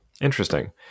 Interesting